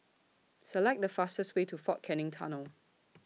Select The fastest Way to Fort Canning Tunnel